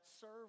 Serve